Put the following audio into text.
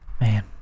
Man